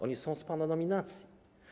Oni są z pana nominacji.